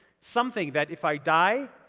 something, that if i die,